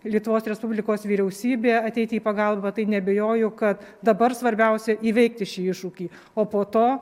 lietuvos respublikos vyriausybė ateiti į pagalbą tai neabejoju kad dabar svarbiausia įveikti šį iššūkį o po to